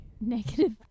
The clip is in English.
Negative